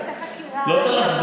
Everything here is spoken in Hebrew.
איך פותחים תיקים,